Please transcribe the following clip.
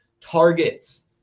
targets